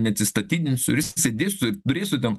neatsistatydinsiu ir jisai dėsiu darysiu ten